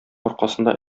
аркасында